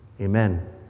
Amen